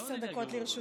עשר דקות לרשותך.